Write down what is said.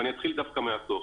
ואני אתחיל דווקא מהסוף: